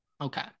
okay